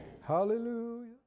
Hallelujah